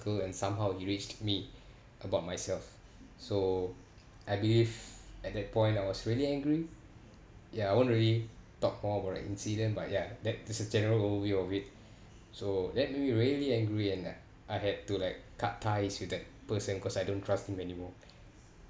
and somehow he reached me about myself so I believe at that point I was really angry ya I won't really talk more about the incident but ya that that's a general overview of it so that made me really angry and like I had to like cut ties with that person cause I don't trust him anymore